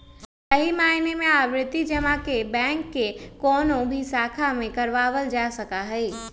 सही मायने में आवर्ती जमा के बैंक के कौनो भी शाखा से करावल जा सका हई